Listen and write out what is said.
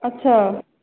अच्छा